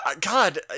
God